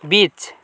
बिच